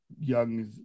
young